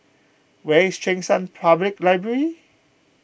where is Cheng San Public Library